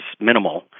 minimal